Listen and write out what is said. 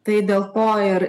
tai dėl ko ir